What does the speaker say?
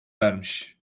vermiş